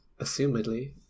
Assumedly